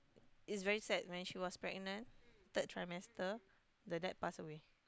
is very sad when she was pregnant third trimester the dad passed away